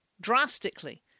drastically